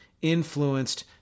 influenced